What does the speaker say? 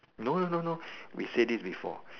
no no no we say this before